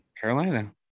Carolina